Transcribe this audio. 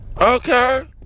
Okay